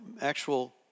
actual